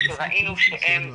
כשראינו שהם, לצערי,